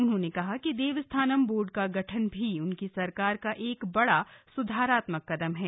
उन्होंने कहा कि देवस्थानम बोर्ड का गठन भी उनकी सरकार का एक बड़ा स्धारात्मक कदम है